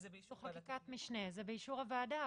יש פה חקיקת משנה ואישור הוועדה,